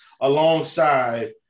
alongside